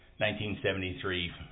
1973